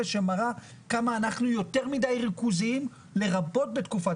שמראה כמה אנחנו יותר מדי ריכוזיים לרבות בתקופת